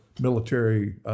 military